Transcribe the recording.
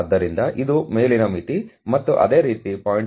ಆದ್ದರಿಂದ ಇದು ಮೇಲಿನ ಮಿತಿ ಮತ್ತು ಅದೇ ರೀತಿ 0